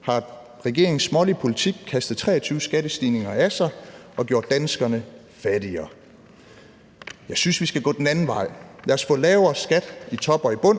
har regeringens smålige politik kastet 23 skattestigninger af sig og gjort danskerne fattigere. Jeg synes, vi skal gå den anden vej. Lad os få lavere skat i top og i bund,